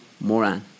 Moran